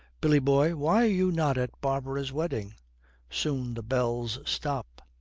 billy boy, why are you not at barbara's wedding soon the bells stop.